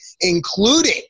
including